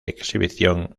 exhibición